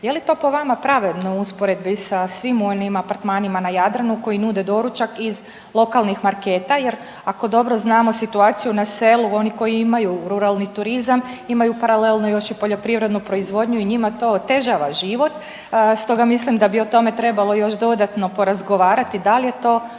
Je li to po vama pravedno u usporedbi sa svim onim apartmanima na Jadranu koji nude doručak iz lokalnih marketa? Jer ako dobro znamo situaciju na selu oni koji imaju ruralni turizam imaju paralelno još i poljoprivrednu proizvodnju i njima to otežava život. Stoga mislim da bi o tome trebalo još dodatno porazgovarati da li je to